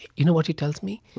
you know what he tells me?